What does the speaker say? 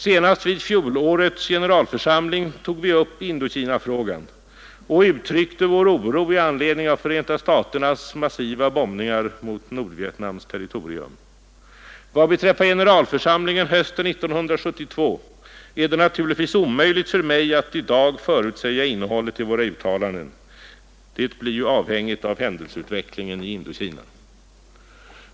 Senast vid fjolårets generalförsamling tog vi upp Indokinafrågan och uttryckte vår oro i anledning av Förenta staternas massiva bombningar mot Nordvietnams territorium. Vad beträffar generalförsamlingen hösten 1972 är det naturligtvis omöjligt för mig att i dag förutsäga innehållet i våra uttalanden. Det blir avhängigt av händelseutvecklingen i Indokina.